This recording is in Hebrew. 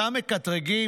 אותם מקטרגים,